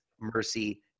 mercy